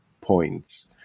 points